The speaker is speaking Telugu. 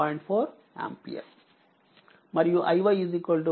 846 ఆంపియర్